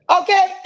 okay